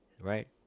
right